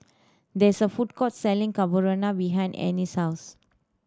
there is a food court selling Carbonara behind Anais' house